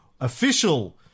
official